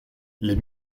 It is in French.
les